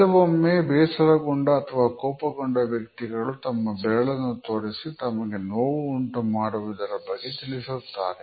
ಕೆಲವೊಮ್ಮೆ ಬೇಸರಗೊಂಡ ಅಥವಾ ಕೋಪಗೊಂಡ ವ್ಯಕ್ತಿಗಳು ತಮ್ಮ ಬೆರಳನ್ನು ತೋರಿಸಿ ತಮಗೆ ನೋವು ಉಂಟು ಮಾಡಿದವರ ಬಗ್ಗೆ ತಿಳಿಸುತ್ತಾರೆ